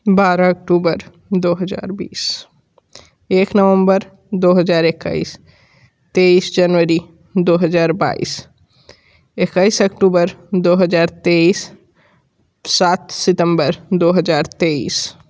बारह अक्टूबर दो हज़ार बीस एक नवंबर दो हज़ार इक्कीस तेईस जनवरी दो हज़ार बाईस इक्कीस अक्टूबर दो हज़ार तेईस सात सितंबर दो हज़ार तेईस